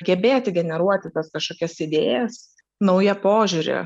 gebėti generuoti tas kažkokias idėjas naują požiūrį